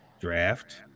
draft